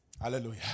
Hallelujah